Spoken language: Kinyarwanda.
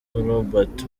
robert